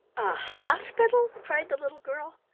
a hospital! cried the little girl.